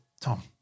Tom